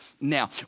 now